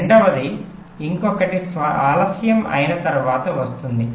రెండవది ఇంకొకటి ఆలస్యం అయిన తరువాత వస్తోంది